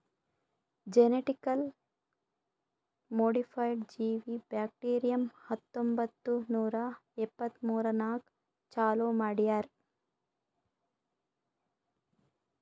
genetically modified ಜೀವಿ bacterium ಹತ್ತೊಂಬತ್ತು ನೂರಾ ಎಪ್ಪತ್ಮೂರನಾಗ್ ಚಾಲೂ ಮಾಡ್ಯಾರ್